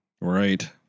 Right